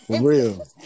real